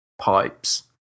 pipes